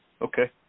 Okay